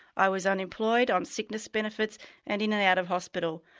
i was unemployed, on sickness benefits and in and out of hospital.